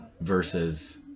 versus